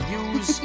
use